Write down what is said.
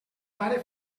pare